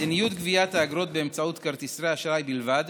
מדיניות גביית האגרות באמצעות כרטיסי אשראי בלבד